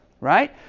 right